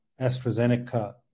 AstraZeneca